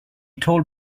told